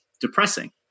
depressing